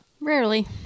Rarely